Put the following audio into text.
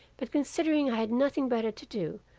but considering i had nothing better to do,